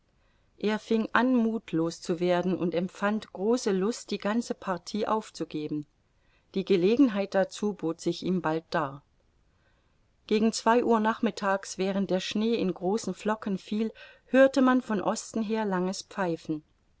er fing an muthlos zu werden und empfand große lust die ganze partie aufzugeben die gelegenheit dazu bot sich ihm bald dar gegen zwei uhr nachmittags während der schnee in großen flocken fiel hörte man von osten her langes pfeifen